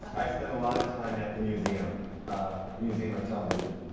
i spent a lot of time at the museum museum of television.